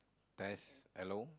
test hello